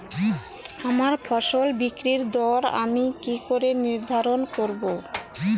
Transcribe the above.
আমার ফসল বিক্রির দর আমি কি করে নির্ধারন করব?